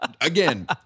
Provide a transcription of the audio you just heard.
Again